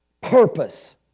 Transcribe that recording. purpose